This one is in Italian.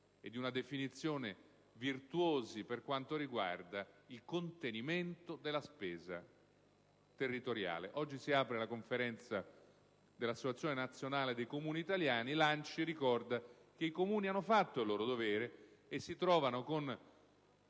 di un approccio virtuoso in materia di contenimento della spesa territoriale. Oggi si apre la Conferenza dell'Associazione nazionale dei Comuni italiani in cui si ricorda che i Comuni hanno fatto il proprio dovere e si trovano con